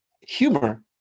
humor